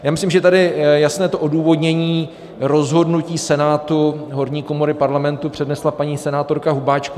Já myslím, že tady jasné to odůvodnění rozhodnutí Senátu, horní komory Parlamentu, přednesla paní senátorka Hubáčková.